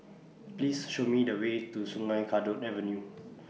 Please Show Me The Way to Sungei Kadut Avenue